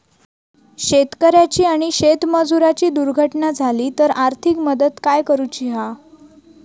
शेतकऱ्याची आणि शेतमजुराची दुर्घटना झाली तर आर्थिक मदत काय करूची हा?